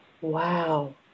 Wow